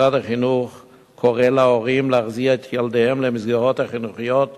משרד החינוך קורא להורים להחזיר את ילדיהם למסגרות החינוכיות